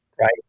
Right